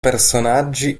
personaggi